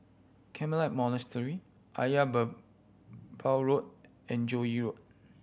Carmelite Monastery Ayer Merbau Road and Joo Yee Road